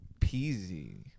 Peasy